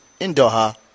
Indoha